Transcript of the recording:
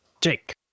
Jake